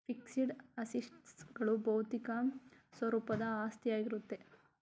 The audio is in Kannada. ಫಿಕ್ಸಡ್ ಅಸೆಟ್ಸ್ ಗಳು ಬೌದ್ಧಿಕ ಸ್ವರೂಪದ ಆಸ್ತಿಯಾಗಿರುತ್ತೆ